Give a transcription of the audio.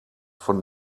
von